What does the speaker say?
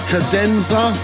Cadenza